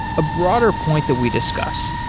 a broader point that we discuss,